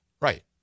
Right